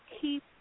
keep